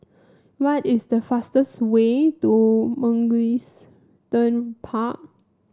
what is the fastest way to Mugliston Park